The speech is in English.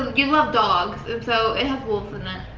you love dogs and so it has wolves in ah it.